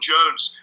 Jones